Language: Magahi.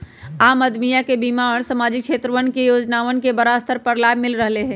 आम अदमीया के बीमा और सामाजिक क्षेत्रवा के योजनावन के बड़ा स्तर पर लाभ मिल रहले है